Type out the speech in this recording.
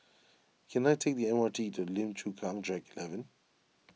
can I take the M R T to Lim Chu Kang Track eleven